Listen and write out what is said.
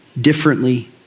differently